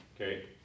okay